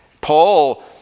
Paul